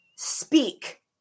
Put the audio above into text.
speak